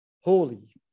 holy